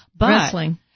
Wrestling